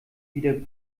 wieder